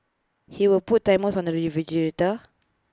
he would put timers on the refrigerator